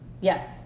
Yes